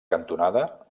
cantonada